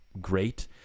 great